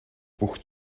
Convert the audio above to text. бүх